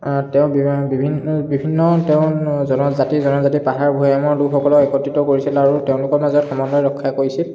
তেওঁ বিভিন বিভিন বিভিন্ন তেওঁ জনজাতি জাতি জনজাতি পাহাৰ ভৈয়ামৰ লোকসকলক একত্ৰিত কৰিছিল আৰু তেওঁলোকৰ মাজত সমন্বয় ৰক্ষা কৰিছিল